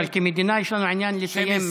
אבל כמדינה יש לנו עניין לסיים.